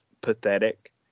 pathetic